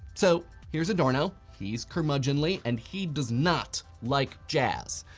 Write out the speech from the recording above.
so here's adorno. he's curmudgeonly and he does not like jazz.